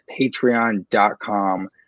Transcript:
patreon.com